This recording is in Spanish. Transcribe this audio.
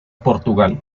portugal